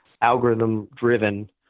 algorithm-driven